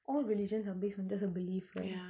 all religions are based on just a belief right